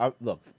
look